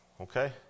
Okay